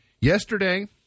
Yesterday